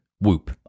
Whoop